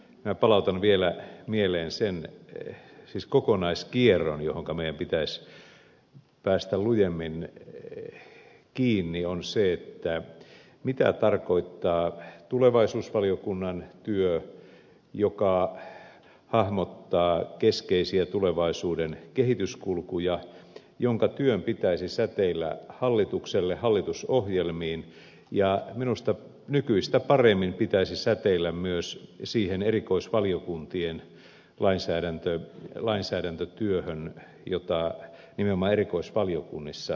minä palautan vielä mieleen kokonaiskierron johonka meidän pitäisi päästä lujemmin kiinni eli sen mitä tarkoittaa tulevaisuusvaliokunnan työ joka hahmottaa keskeisiä tulevaisuuden kehityskulkuja jonka työn pitäisi säteillä hallitukselle hallitusohjelmiin ja minusta nykyistä paremmin pitäisi säteillä myös siihen erikoisvaliokuntien lainsäädäntötyöhön jota nimenomaan erikoisvaliokunnissa toteutetaan